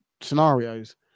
scenarios